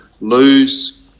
lose